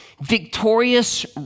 victorious